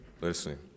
Listen